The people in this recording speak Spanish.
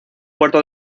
puerto